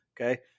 Okay